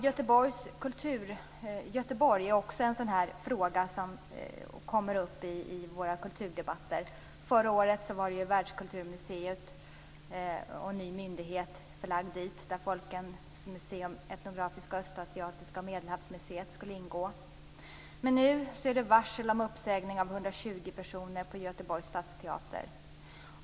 Göteborg kommer ofta upp i våra kulturdebatter. Förra året gällde det världskulturmuseet och en ny myndighet, där Folkens museum - etnografiska, Östasiatiska museet och Medelhavsmuseet skulle ingå. Nu gäller det varsel om uppsägning av 120 personer vid Göteborgs stadsteater.